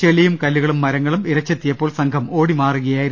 ചെളിയും കല്ലുകളും മരങ്ങളും ഇരച്ചെത്തിയപ്പോൾ സംഘം ഓടിമാറുകയായിരുന്നു